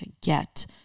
get